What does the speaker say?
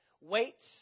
weights